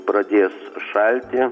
pradės šalti